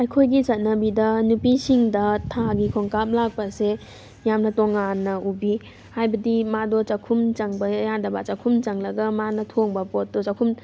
ꯑꯩꯈꯣꯏꯒꯤ ꯆꯠꯅꯕꯤꯗ ꯅꯨꯄꯤꯁꯤꯡꯗ ꯊꯥꯒꯤ ꯈꯣꯡꯀꯥꯞ ꯂꯥꯛꯄꯁꯦ ꯌꯥꯝꯅ ꯇꯣꯉꯥꯟꯅ ꯎꯕꯤ ꯍꯥꯏꯕꯗꯤ ꯃꯥꯗꯣ ꯆꯥꯛꯈꯨꯝ ꯆꯪꯕ ꯌꯥꯗꯕ ꯆꯥꯛꯈꯨꯝ ꯆꯪꯂꯒ ꯃꯥꯅ ꯊꯣꯡꯕ ꯄꯣꯠꯇꯣ ꯆꯥꯛꯈꯨꯝ